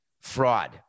fraud